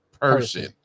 person